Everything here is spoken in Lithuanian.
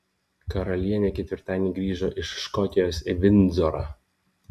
karalienė ketvirtadienį grįžo iš škotijos į vindzorą